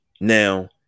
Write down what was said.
Now